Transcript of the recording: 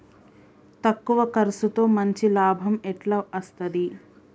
తక్కువ కర్సుతో మంచి లాభం ఎట్ల అస్తది?